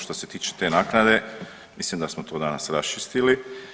Što se tiče te naknade mislim da smo to danas raščistili.